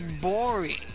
boring